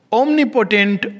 omnipotent